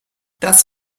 das